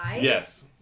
Yes